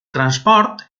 transport